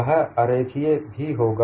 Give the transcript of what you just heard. वह अरेखीय भी होगा